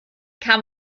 kam